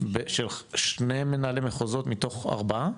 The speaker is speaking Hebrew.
של שני מנהלי מחוזות, מתוך ארבעה?